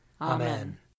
Amen